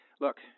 Look